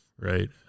Right